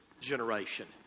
generation